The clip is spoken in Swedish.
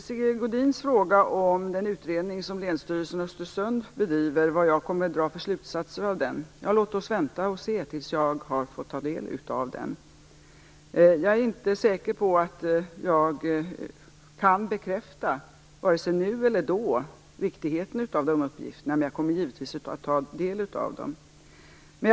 Sigge Godin frågade om den utredning som Länsstyrelsen i Östersund bedriver och vilka slutsatser jag kommer att dra av den. Låt oss vänta och se till dess jag har fått ta del av den. Jag är inte säker på att jag vare sig nu eller då kan bekräfta riktigheten i de här uppgifterna, men jag kommer givetvis att ta del av dem.